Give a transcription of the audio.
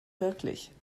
wirklich